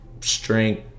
Strength